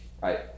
right